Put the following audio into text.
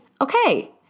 okay